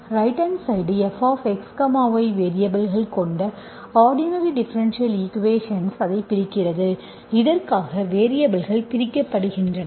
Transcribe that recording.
right hand side fxy வேரியபல்கள் கொண்ட ordinary differential equations அதைப் பிரிக்கிறது இதற்காக வேரியபல்கள் பிரிக்கப்படுகின்றன